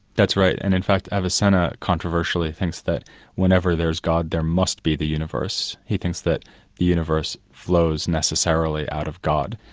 that's right, and, in fact, avicenna controversially thinks that whenever there's god there must be the universe. he thinks that the universe flows necessarily out of god,